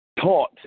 taught